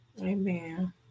Amen